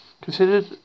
considered